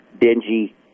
dingy